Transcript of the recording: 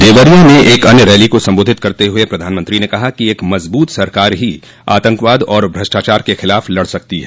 देवरिया में एक अन्य रैली को सम्बोधित करते हुए प्रधानमंत्री ने कहा कि एक मजबूत सरकार ही आतंकवाद और भ्रष्टाचार के खिलाफ लड़ सकती है